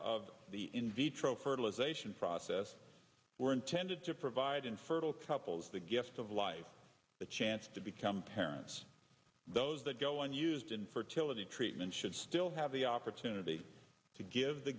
of the in vitro fertilization process were intended to provide infertile couples the gift of life the chance to become parents those that go unused in fertility treatment should still have the opportunity to give the